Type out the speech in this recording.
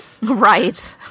Right